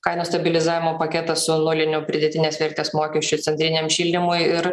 kainų stabilizavimo paketas su nuliniu pridėtinės vertės mokesčiu centriniam šildymui ir